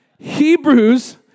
Hebrews